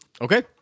Okay